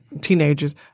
teenagers